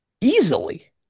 Easily